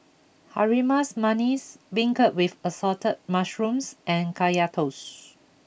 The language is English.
Harum Manis Beancurd with Assorted Mushrooms and Kaya Toast